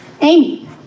Amy